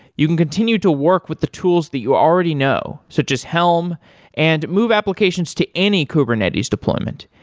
you can continue to work with the tools that you already know, such as helm and move applications to any kubernetes deployment.